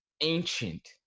ancient